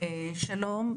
שלום.